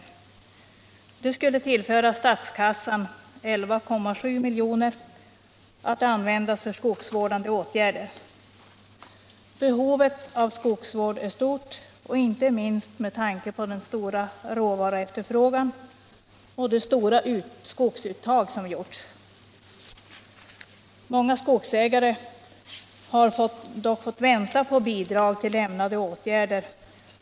En sådan höjning vill tillföra statskassan 11,7 milj.kr., att användas för skogsvårdande åtgärder. Behovet av skogsvård är stort, inte minst med tanke på den stora råvaruefterfrågan och det stora skogsuttag som gjorts. Många skogsägare har fått vänta på bidrag till tillämnade åtgärder.